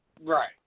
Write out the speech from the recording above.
Right